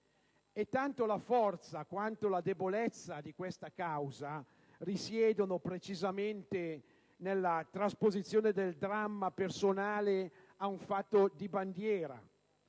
Tanto la forza quanto la debolezza di questa causa risiedono precisamente nella trasposizione del dramma personale a un fatto di bandiera,